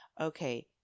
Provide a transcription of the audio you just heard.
okay